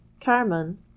carmen